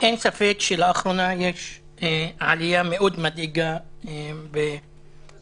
אין ספק שלאחרונה יש עלייה מאוד מדאיגה בהתפרצויות